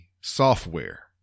software